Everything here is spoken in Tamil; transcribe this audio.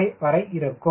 05 வரை இருக்கும்